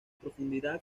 profundidad